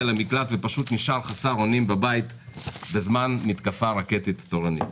למקלט ופשוט נשאר חסר אונים בבית בזמן מתקפת רקטות תורנית.